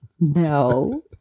No